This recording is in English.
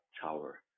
tower